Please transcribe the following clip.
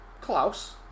Klaus